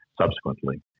subsequently